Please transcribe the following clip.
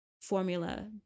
formula